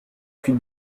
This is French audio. culs